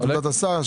את השר,